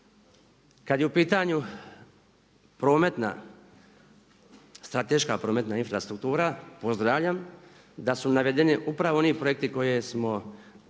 Kada je u pitanju prometna strateška prometna infrastruktura pozdravljam da su navedeni upravo oni projekti koje smo u